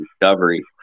discovery